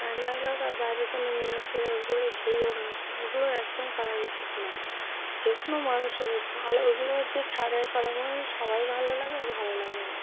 নায়ক নায়িকা হোক আর বাইরের কোনো মেয়েছেলে ওগুলো যেই হোক না কেন ওগুলো একদম করা উচিত না যে কোনো মানুষের ভালো ওইগুলো যে ছাড়ে ই করে মনে হয় সবাই ভালো লাগে ভালো লাগে না